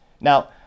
Now